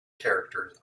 characters